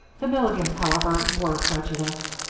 the milligans, however, were prejudiced.